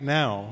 now